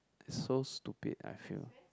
is so stupid I feel